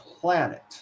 planet